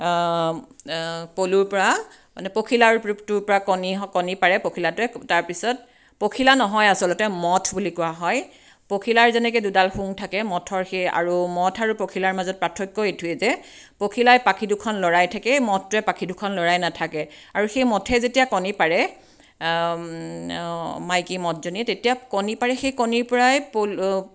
পলুৰ পৰা মানে পখিলাৰ ৰূপটোৰ পৰা কণী হয় কণী পাৰে পখিলাটোৱে তাৰপিছত পখিলা নহয় আচলতে মথ বুলি কোৱা হয় পখিলাৰ যেনেকৈ দুডাল শুং থাকে মথৰ সেই আৰু মথ আৰু পখিলাৰ মাজত পাৰ্থক্য এইটোৱে যে পখিলাই পাখি দুখন লৰাই থাকে মথটোৱে পাখি দুখন লৰাই নাথাকে আৰু সেই মথে যেতিয়া কণী পাৰে মাইকী মথজনী তেতিয়া কণী পাৰে সেই কাণীৰ পৰাই পলু